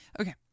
okay